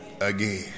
again